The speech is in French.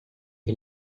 est